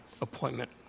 appointment